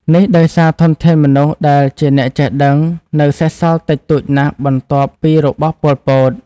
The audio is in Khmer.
នេះដោយសារធនធានមនុស្សដែលជាអ្នកចេះដឹងនៅសេសសល់តិចតួចណាស់បន្ទាប់ពីរបបប៉ុលពត។